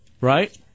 Right